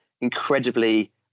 incredibly